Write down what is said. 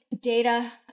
data